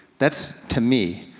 that's, to me,